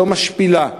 שלא משפילה,